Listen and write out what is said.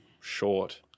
short